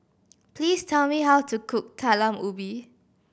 please tell me how to cook Talam Ubi